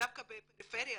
דווקא בפריפריה,